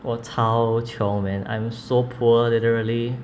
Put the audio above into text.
我超穷 man I'm so poor literally